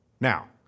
Now